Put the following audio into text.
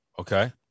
Okay